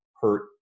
hurt